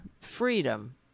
freedom